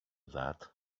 that